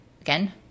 Again